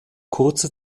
kurze